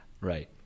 Right